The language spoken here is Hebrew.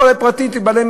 זה אומר רק דבר אחד: שאז,